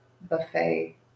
buffet